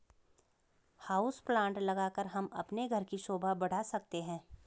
house plant लगाकर हम अपने घर की शोभा बढ़ा सकते हैं